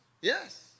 Yes